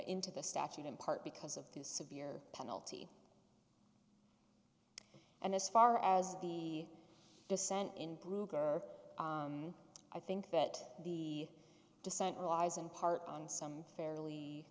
into the statute in part because of this severe penalty and as far as the descent in group i think that the descent lies in part on some fairly